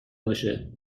باشه